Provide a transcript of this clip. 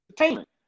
entertainment